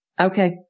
Okay